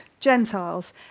Gentiles